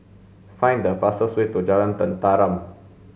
find the fastest way to Jalan Tenteram